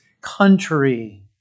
country